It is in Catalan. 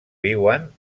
viuen